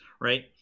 right